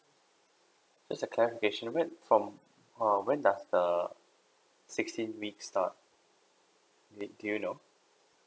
just a clarification where from uh when does the sixteen week start it do you know